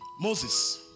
Moses